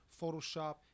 Photoshop